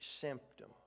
symptom